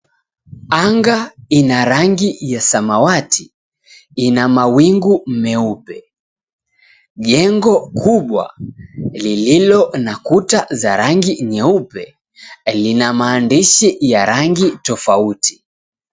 Anga ina rangi ya samawati ina mawingu meupe jengo kubwa lililo na kuta za rangi nyeupe lina maandishi ya rangi tofauti.